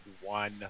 one